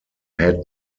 had